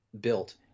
built